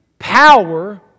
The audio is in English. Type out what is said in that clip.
power